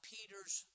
Peter's